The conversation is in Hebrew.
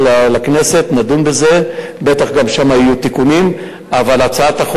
"חמאס" הוא זה שנושא באחריות